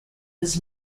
his